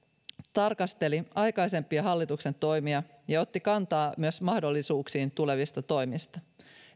tarkasteli aikaisempia hallituksen toimia ja otti kantaa myös mahdollisuuksiin tulevista toimista